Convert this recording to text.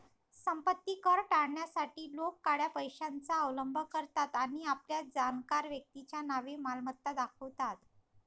संपत्ती कर टाळण्यासाठी लोक काळ्या पैशाचा अवलंब करतात आणि आपल्या जाणकार व्यक्तीच्या नावे मालमत्ता दाखवतात